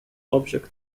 object